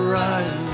right